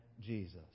Jesus